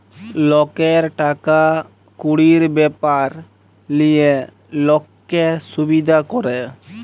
লকের টাকা কুড়ির ব্যাপার লিয়ে লক্কে সুবিধা ক্যরে